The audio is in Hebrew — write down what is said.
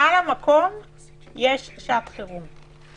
מיידית יש שעת חירום.